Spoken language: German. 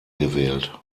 gewählt